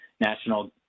National